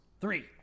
Three